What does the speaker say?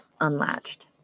unlatched